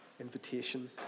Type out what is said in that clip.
invitation